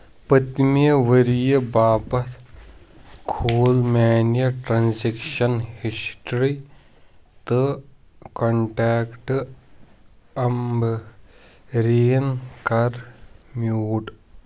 پٔتمہِ ؤرۍیہِ باپتھ کھول میٲنۍ ٹرانزیکشن ہسٹری تہٕ کنٹیکٹ عمبریٖن کَر میوٗٹ